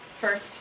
first